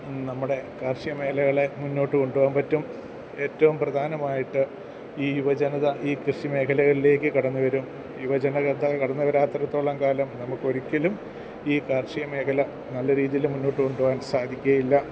നമ്മുടെ കാർഷികമേഖലകളെ മുന്നോട്ടുകൊണ്ടുപോകാൻ പറ്റും ഏറ്റവും പ്രധാനമായിട്ട് ഈ യുവജനത ഈ കൃഷിമേഖലകളിലേക്ക് കടന്നുവരും യുവജനത കടന്നുവരാത്തിടത്തോളം കാലം നമുക്കൊരിക്കലും ഈ കാർഷികമേഖല നല്ല രീതിയിൽ മുന്നോട്ട് കൊണ്ടുപോകാൻ സാധിക്കുകയില്ല